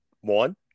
One